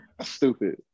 stupid